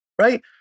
right